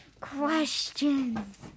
questions